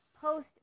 post